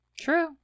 true